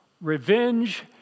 Revenge